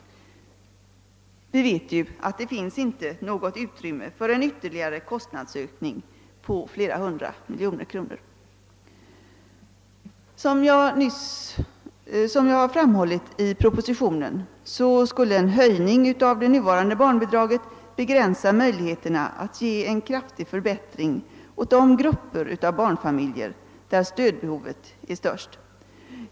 Vi vet ju att det inte finns något utrymme för en ytterligare kostnadsökning på flera hundra miljoner kronor. Såsom jag framhållit i propositionen skulle en höjning av det nuvarande barnbidraget begränsa möjligheterna att genomföra en kraftig förbättring för de Srupper av barnfamiljer där stödbehovet är störst.